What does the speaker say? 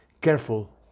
careful